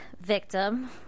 victim